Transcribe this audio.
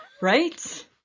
Right